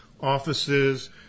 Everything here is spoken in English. offices